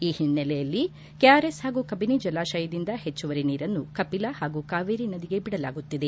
ಈ ಹಿನ್ನಲೆಯಲ್ಲಿ ಕೆಆರ್ಎಸ್ ಹಾಗೂ ಕಬಿನಿ ಜಲಾಶಯದಿಂದ ಹೆಚ್ಚುವರಿ ನೀರನ್ನು ಕಪಿಲಾ ಹಾಗೂ ಕಾವೇರಿ ನದಿಗೆ ಬಿಡಲಾಗುತ್ತಿದೆ